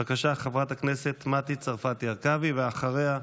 בבקשה, חברת הכנסת מטי צרפתי הרכבי, ואחריה,